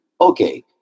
Okay